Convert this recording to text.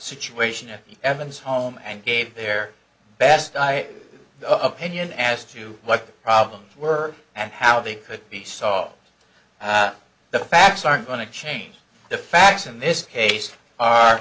situation at evans home and gave their best i opinion as to what the problems were and how they could be solved the facts are going to change the facts in this case are